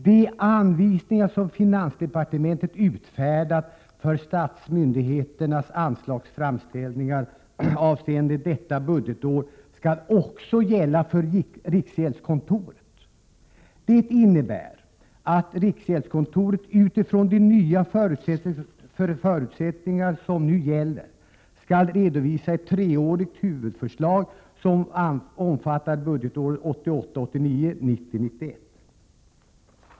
De anvisningar som finansdepartementet utfärdat för statsmyndigheternas anslagsframställningar avseende detta budgetår skall också gälla för riksgäldskontoret. Det innebär att riksgäldskontoret utifrån de nya förutsättningar som nu gäller skall redovisa ett treårigt huvudförslag som omfattar budgetåren 1988 91.